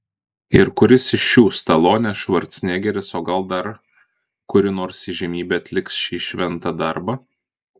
ir kuris iš šių stalonė švarcnegeris o gal dar kuri nors įžymybė atliks šį šventą darbą